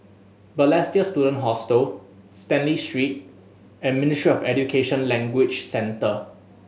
Balestier Student Hostel Stanley Street and Ministry of Education Language Centre